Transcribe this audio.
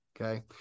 okay